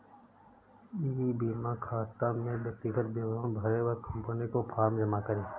ई बीमा खाता में व्यक्तिगत विवरण भरें व कंपनी को फॉर्म जमा करें